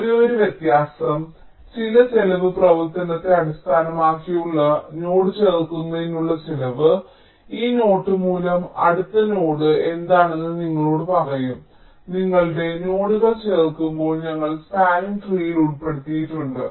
ഒരേയൊരു വ്യത്യാസം ചില ചെലവ് പ്രവർത്തനത്തെ അടിസ്ഥാനമാക്കിയുള്ള നോഡ് ചേർക്കുന്നതിനുള്ള ചിലവ് ഈ നോട്ട് മൂല്യം അടുത്ത നോഡ് എന്താണെന്ന് നിങ്ങളോട് പറയും നിങ്ങൾ നോഡുകൾ ചേർക്കുമ്പോൾ ഞങ്ങൾ സ്പാനിംഗ് ട്രീയിൽ ഉൾപ്പെടുത്തിയിട്ടുണ്ട്